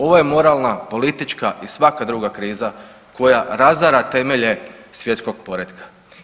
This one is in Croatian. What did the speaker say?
Ovo je moralna, politička i svaka druga kriza koja razara temelje svjetskog poretka.